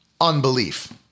unbelief